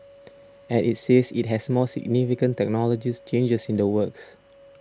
and it says it has more significant technologies changes in the works